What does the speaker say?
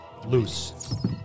Loose